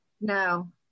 No